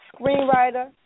screenwriter